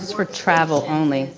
for travel only.